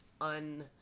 un